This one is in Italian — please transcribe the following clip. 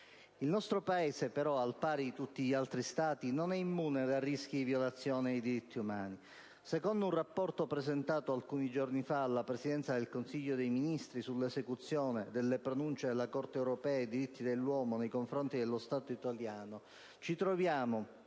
Il nostro Paese, però, al pari di tutti gli altri Stati, non è immune da rischi di violazione dei diritti umani. Secondo la relazione presentata alcuni giorni fa dalla Presidenza del Consiglio dei ministri sull'esecuzione delle pronunce della Corte europea dei diritti dell'uomo nei confronti dello Stato italiano, ci troviamo